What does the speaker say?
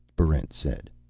barrent said.